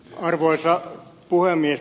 arvoisa puhemies